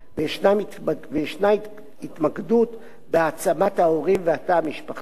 ויש התמקדות בהעצמת ההורים והתא המשפחתי.